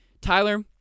Tyler